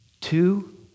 Two